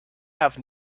have